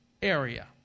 area